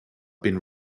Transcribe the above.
been